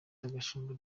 gashumba